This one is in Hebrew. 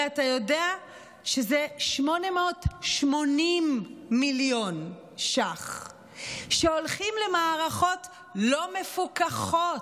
הרי אתה יודע שזה 880 מיליון ש"ח שהולכים למערכות לא מפוקחות,